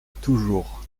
toujours